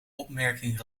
opmerking